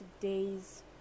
today's